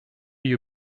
you